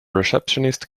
receptionist